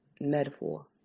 metaphor